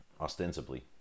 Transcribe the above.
ostensibly